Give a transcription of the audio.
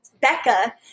Becca